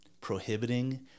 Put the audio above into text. prohibiting